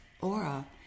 aura